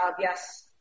Yes